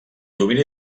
domini